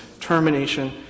termination